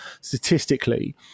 statistically